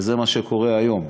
וזה מה שקורה היום.